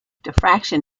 diffraction